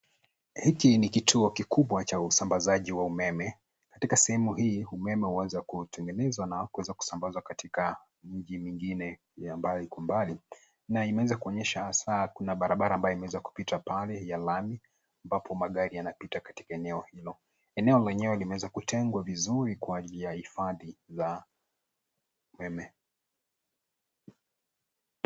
Hiki ni kituo kikubwa cha usambazaji wa umeme katika sehemu hii umeme huweza kutengenezwa na kuweza kusambazwa katika miji mingine ambayo iko mbali na imeweza kuonyesha hasa kuna barabara ambayo imeweza kupita pale ya lami ambapo magari yanapita katika eneo hilo, eneo lenyewe limeweza kutengwa vizuri kwa ajili ya hifadhi la umeme.